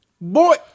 Boy